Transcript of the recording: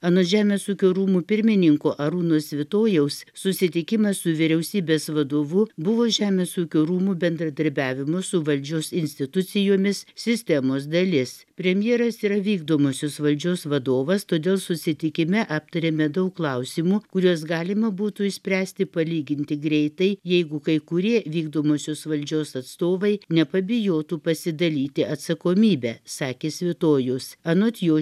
anot žemės ūkio rūmų pirmininko arūno svitojaus susitikimas su vyriausybės vadovu buvo žemės ūkio rūmų bendradarbiavimu su valdžios institucijomis sistemos dalis premjeras yra vykdomosios valdžios vadovas todėl susitikime aptarėme daug klausimų kuriuos galima būtų išspręsti palyginti greitai jeigu kai kurie vykdomosios valdžios atstovai nepabijotų pasidalyti atsakomybe sakė svitojus anot jo